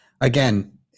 Again